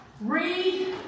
Read